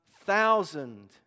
thousand